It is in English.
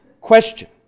question